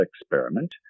experiment